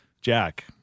Jack